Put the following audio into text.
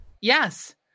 yes